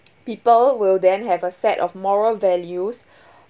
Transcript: people will then have a set of moral values